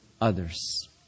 others